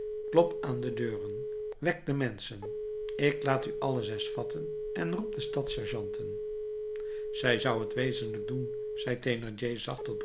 klop aan de deuren wek de menschen ik laat u alle zes vatten en roep de stadssergeanten zij zou het wezenlijk doen zei thénardier zacht tot